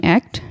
Act